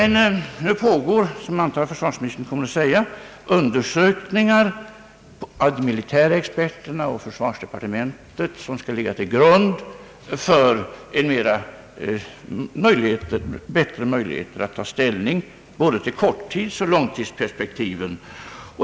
Nu pågår, vilket jag an tar att försvarsministern kommer att säga, undersökningar som utförs av de militära experterna och av försvarsdepartementet, vilka skall ge bättre möjligheter att ta ställning till både korttidsoch långtidsperspektivet.